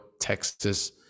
Texas